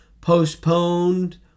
postponed